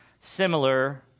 similar